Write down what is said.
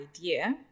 idea